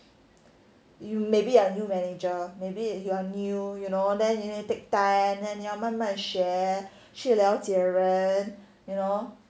you maybe a new manager maybe you are new you know then you need take time and then 要慢慢学去了解人 you know